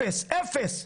אפס, אפס.